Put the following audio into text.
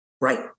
Right